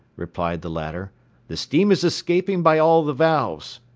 replied the latter the steam is escaping by all the valves.